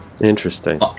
interesting